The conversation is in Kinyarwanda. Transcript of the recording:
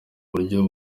buryo